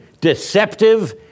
deceptive